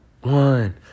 one